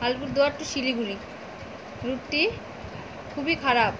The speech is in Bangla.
আলিপুরদুয়ার টু শিলিগুড়ি রুটটি খুবই খারাপ